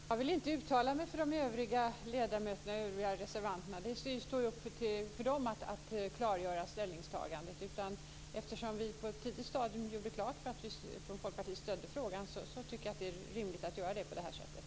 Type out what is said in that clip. Herr talman! Jag vill inte uttala mig för de övriga ledamöterna och de övriga reservanterna. De får själva klargöra sitt ställningstagande. Eftersom vi från Folkpartiet på ett tidigt stadium gjorde klart att vi stödde frågan, tycker jag att det är rimligt att göra på detta sätt.